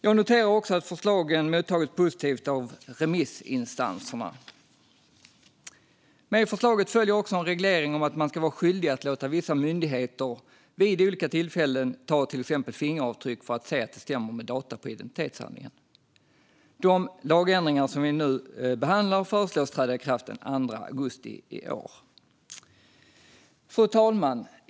Jag noterar att förslagen mottagits positivt av remissinstanserna. Med förslaget följer också en reglering om att man ska vara skyldig att låta vissa myndigheter vid olika tillfällen ta till exempel fingeravtryck för att se att de stämmer med data på identitetshandlingen. De lagändringar som vi nu behandlar föreslås träda i kraft den 2 augusti i år. Fru talman!